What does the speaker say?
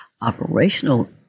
operational